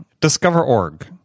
Discover.org